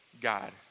God